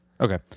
Okay